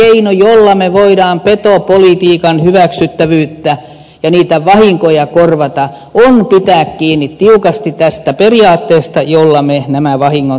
ainoa keino jolla me voimme petopolitiikan hyväksyttävyyttä ja niitä vahinkoja korvata on pitää kiinni tiukasti tästä periaatteesta jolla me nämä vahingot nyt korvaamme